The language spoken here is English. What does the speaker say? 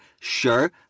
sure